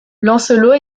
lancelot